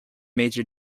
major